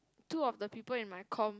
two of the people in my comm